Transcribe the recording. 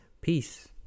Peace